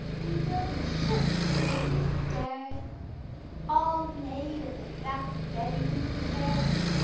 we built a ship upon the stairs all made of the back-bedroom chairs,